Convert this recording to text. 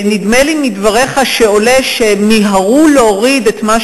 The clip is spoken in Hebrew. נדמה לי מדבריך שעולה שמיהרו להוריד את מה